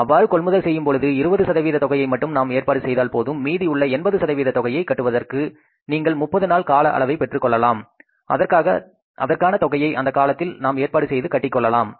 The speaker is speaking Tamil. அவ்வாறு கொள்முதல் செய்யும் பொழுது 20 சதவிகித தொகையை மட்டும் நாம் ஏற்பாடு செய்தால் போதும் மீதி உள்ள 80 தொகையைக் கட்டுவதற்கு நீங்கள் 30 நாள் கால அளவை பெற்றுக்கொள்ளலாம் அதற்கான தொகையை அந்த காலத்தில் நாம் ஏற்பாடு செய்து கட்டிக் கொள்ளலாம்